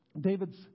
David's